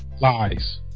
Lies